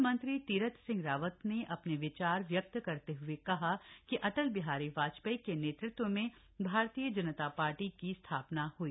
मुख्यमंत्री तीरथ सिंह रावत ने अपने विचार व्यक्त करते हुए कहा कि अटल बिहारी वाजपेयी के नेतृत्व में भारतीय जनता पार्टी की स्थापना हुई